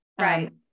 right